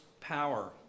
power